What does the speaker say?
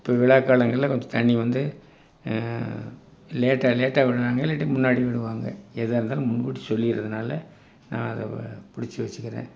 இப்போ விழாக் காலங்களில் கொஞ்சம் தண்ணி வந்து லேட்டாக லேட்டாக விடறாங்க இல்லாட்டி முன்னாடி விடுவாங்க ஏதா இருந்தாலும் முன்கூட்டி சொல்லிடறதுனால நான் அதை பிடிச்சு வச்சுக்கிறேன்